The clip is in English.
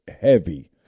heavy